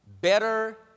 Better